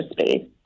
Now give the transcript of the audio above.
space